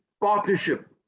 partnership